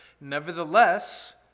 Nevertheless